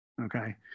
Okay